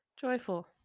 Joyful